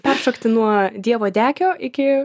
peršokti nuo dievo dekio iki